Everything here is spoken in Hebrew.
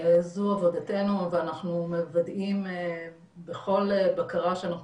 מבחינתנו זו עבודתנו ואנחנו מוודאים בכל בקרה שאנחנו